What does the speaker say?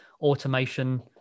automation